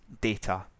data